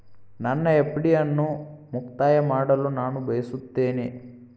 ನನ್ನ ಎಫ್.ಡಿ ಅನ್ನು ಮುಕ್ತಾಯ ಮಾಡಲು ನಾನು ಬಯಸುತ್ತೇನೆ